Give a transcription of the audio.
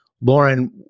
Lauren